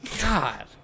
God